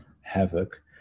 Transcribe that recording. havoc